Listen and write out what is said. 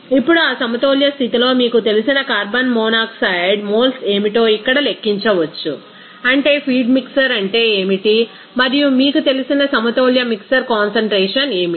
ఇప్పుడు ఆ సమతౌల్య స్థితిలో మీకు తెలిసిన కార్బన్ మోనాక్సైడ్ మోల్స్ ఏమిటో ఇక్కడ లెక్కించవచ్చు అంటే ఫీడ్ మిక్సర్ అంటే ఏమిటి మరియు మీకు తెలిసిన సమతౌల్య మిక్సర్ కాన్సం ట్రేషన్ ఏమిటి